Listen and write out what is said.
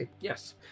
Yes